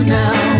now